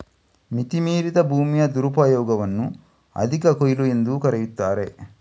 ಮಿತಿ ಮೀರಿದ ಭೂಮಿಯ ದುರುಪಯೋಗವನ್ನು ಅಧಿಕ ಕೊಯ್ಲು ಎಂದೂ ಕರೆಯುತ್ತಾರೆ